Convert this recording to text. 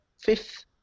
fifth